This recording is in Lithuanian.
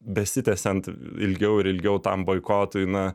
besitęsiant ilgiau ir ilgiau tam boikotui na